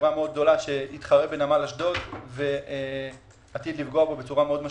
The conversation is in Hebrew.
חברה מאוד גדולה שתתחרה בנמל אשדוד ועתיד לפגוע בו בצורה מאוד משמעותית.